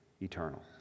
eternal